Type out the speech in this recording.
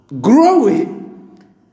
growing